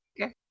Okay